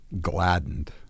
Gladdened